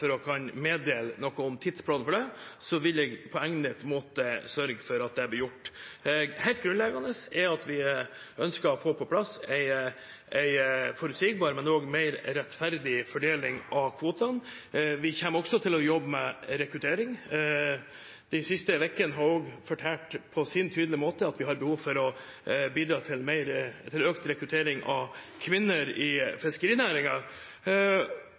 kan meddele noe om tidsplanen for det, vil jeg på egnet måte sørge for at det blir gjort. Det er helt grunnleggende at vi ønsker å få på plass en forutsigbar, men også mer rettferdig fordeling av kvotene. Vi kommer også til å jobbe med rekruttering. De siste ukene har på tydelig måte også fortalt at vi har behov for å bidra til en økt rekruttering av kvinner i